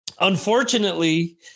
Unfortunately